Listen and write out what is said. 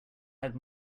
had